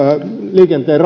liikenteen